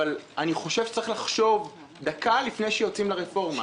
אבל אני חושב שצריך לחשוב דקה לפני שיוצאים לרפורמה.